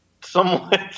somewhat